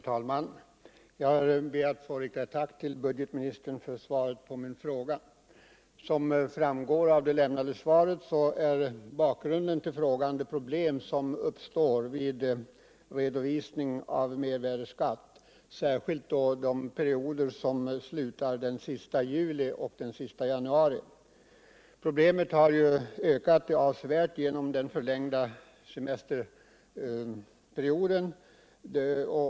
Herr talman! Jag ber att få rikta ct tack till budgetministern för svaret på min fråga. Som framgår av det lämnade svaret är bakgrunden till frågan de problem som uppstår vid redovisningen av mervärdeskatt vid de perioder som slutar den 30 juni och den 31 december. Problemen har avsevärt ökat genom den förlängda semesterperioden.